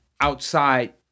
outside